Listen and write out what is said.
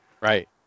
Right